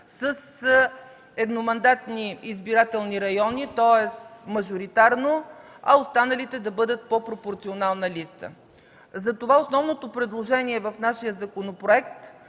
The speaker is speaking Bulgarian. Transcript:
с едномандатни избирателни райони, тоест мажоритарно, а останалите да бъдат по пропорционална листа. Затова основното предложение в нашия законопроект